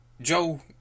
Joe